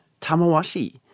Tamawashi